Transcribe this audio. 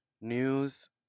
news